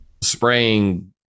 spraying